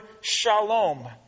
shalom